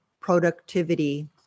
productivity